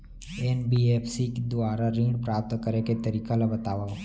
NBFC के दुवारा ऋण प्राप्त करे के तरीका ल बतावव?